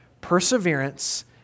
Perseverance